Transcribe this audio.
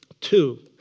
Two